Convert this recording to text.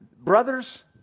brothers